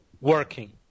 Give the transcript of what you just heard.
working